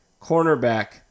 cornerback